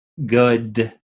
good